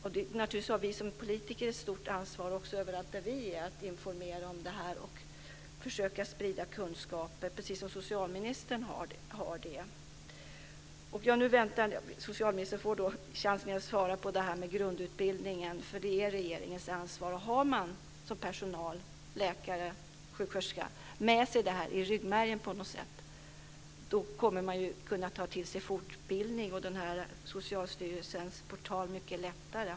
Vi som politiker har naturligtvis ett stort ansvar överallt där vi är för att informera och för att försöka sprida kunskaper, lika väl som socialministern har det. Socialministern får nu en chans igen att svara på frågan om detta med grundutbildningen. Det är regeringens ansvar. Har man som personal, läkare eller sjuksköterska, med sig detta i ryggmärgen på något sätt kommer man mycket lättare att kunna ta till sig fortbildning och Socialstyrelsens webbportal.